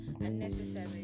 unnecessary